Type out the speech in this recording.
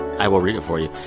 i will read it for you.